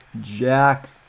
Jack